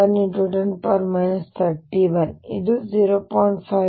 1×10 31 ಇದು 0